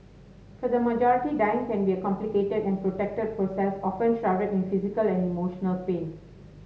for the majority dying can be a complicated and protracted process often shrouded in physical and emotional pain